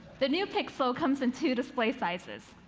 the new pixel comes in two display sizes,